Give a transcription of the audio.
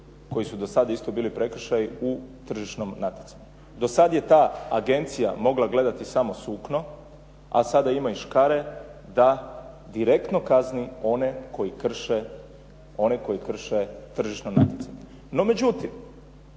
koji su do sada isto bili prekršaji u tržišnom natjecanju. Do sad je ta agencija mogla gledati samo sukno, a sada ima i škare da direktno kazni one koji krše tržišno natjecanje. No međutim,